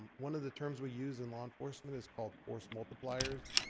one of the terms we use in law enforcement is called force multipliers,